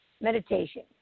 meditation